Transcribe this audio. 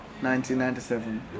1997